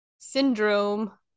Syndrome